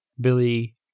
Billy